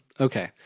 Okay